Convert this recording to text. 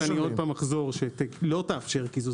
עוד פעם אחזור שכל הכרעה שלא תאפשר קיזוז